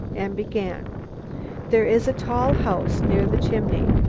and began there is a tall house near the chimney,